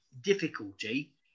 difficulty